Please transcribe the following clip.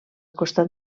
costat